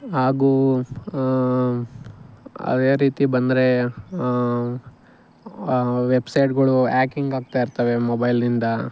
ಹಾಗೂ ಅದೇ ರೀತಿ ಬಂದರೆ ವೆಬ್ಸೈಟ್ಗಳು ಆ್ಯಕಿಂಗ್ ಆಗ್ತಾಯಿರ್ತವೆ ಮೊಬೈಲ್ನಿಂದ